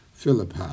Philippi